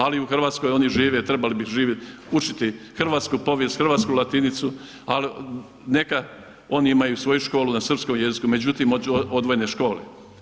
Ali u Hrvatskoj oni žive, trebali bi živjeti, učiti hrvatsku povijest, hrvatsku latinicu, ali neka oni imaju svoju školu na srpskoj jeziku, međutim, odvojene škole.